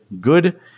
Good